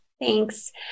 Thanks